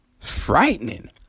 frightening